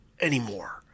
anymore